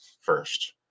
first